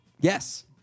Yes